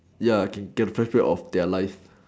ya can get get rid of their life